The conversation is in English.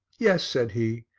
yes, said he,